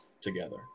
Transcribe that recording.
together